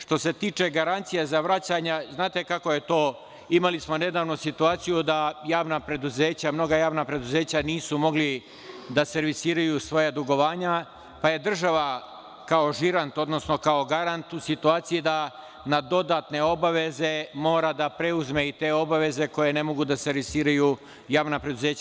Što se tiče garancija za vraćanje, znate kako je to, imali smo nedavno situaciju da mnoga javna preduzeća nisu mogla da servisiraju svoja dugovanja, pa je država, kao žirant, odnosno kao garant u situaciji da na dodatne obaveze mora da preuzme i te obaveze koje ne mogu da servisiraju javna preduzeća.